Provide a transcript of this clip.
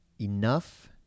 enough